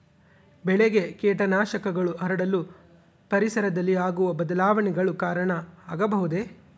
ಬೆಳೆಗೆ ಕೇಟನಾಶಕಗಳು ಹರಡಲು ಪರಿಸರದಲ್ಲಿ ಆಗುವ ಬದಲಾವಣೆಗಳು ಕಾರಣ ಆಗಬಹುದೇ?